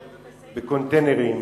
בקונטיינרים,